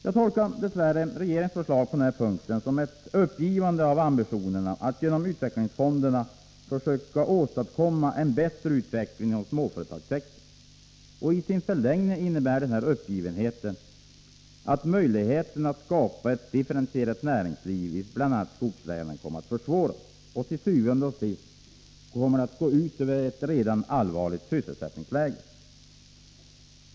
Jag måste dess värre tolka regeringens förslag på den här punkten som ett uppgivande av ambitionerna att genom utvecklingsfonderna försöka åstadkomma en bättre utveckling inom småföretagssektorn. I sin förlängning innebär den här uppgivenheten att möjligheterna att skapa ett differentierat näringsliv i bl.a. skogslänen minskas. Och til syvende og sist kommer det att gå ut över ett redan allvarligt sysselsättningsläge.